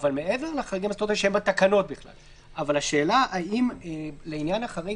שהם בתקנות אבל השאלה היא, האם לגבי החריג